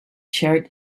shirt